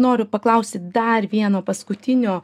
noriu paklausi dar vieno paskutinio